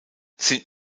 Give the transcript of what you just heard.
sind